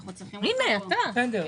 הנה, אתה כאן.